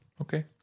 Okay